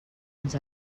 ens